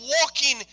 walking